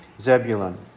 Zebulun